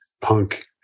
punk